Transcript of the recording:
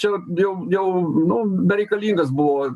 čia jau jau nu bereikalingas buvo